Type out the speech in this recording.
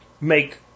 make